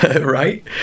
Right